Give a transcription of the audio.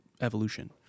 evolution